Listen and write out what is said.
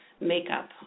makeup